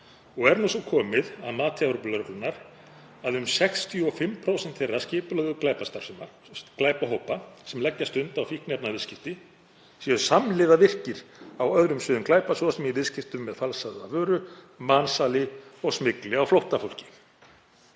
og er nú svo komið að mati Evrópulögreglunnar að um 65% þeirra skipulögðu glæpahópa sem leggja stund á fíkniefnaviðskipti eru samhliða virkir á öðrum sviðum glæpa svo sem í viðskiptum með falsaða vöru, mansali og smygli á flóttafólki.“